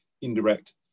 indirect